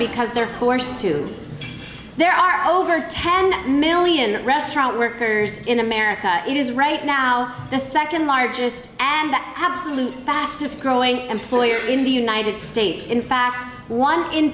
because they're forced to there are over ten million restaurant workers in america it is right now the second largest and the absolute fastest growing employer in the united states in fact one in